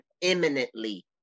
imminently